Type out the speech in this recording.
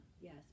yes